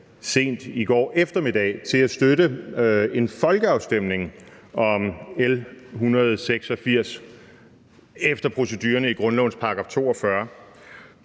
sent i går eftermiddag, til at støtte en folkeafstemning om L 186 efter procedurerne i grundlovens § 42.